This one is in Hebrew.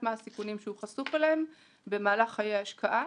מה הסיכונים שהוא חשוף אליהם במהלך חיי ההשקעה